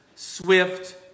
Swift